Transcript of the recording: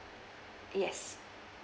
yes